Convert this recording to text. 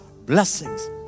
blessings